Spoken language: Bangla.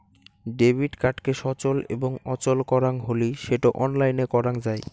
ডেবিট কার্ডকে সচল এবং অচল করাং হলি সেটো অনলাইনে করাং যাই